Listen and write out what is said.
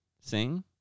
Sing